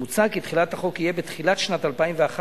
מוצע כי תחילת החוק תהיה בתחילת שנת 2011,